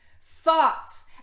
thoughts